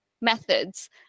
methods